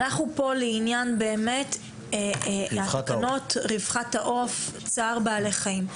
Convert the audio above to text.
אנחנו פה לעניין תקנות רווחת העוף, צער בעלי חיים.